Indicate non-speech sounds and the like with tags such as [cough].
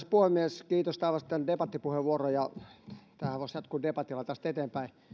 [unintelligible] puhemies kiitos että avasitte debattipuheenvuoron ja tämähän voisi jatkua debatilla tästä eteenpäin